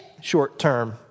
short-term